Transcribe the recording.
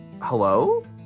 Hello